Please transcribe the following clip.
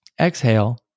exhale